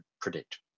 predict